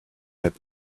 had